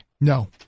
No